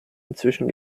inzwischen